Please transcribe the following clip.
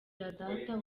data